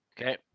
Okay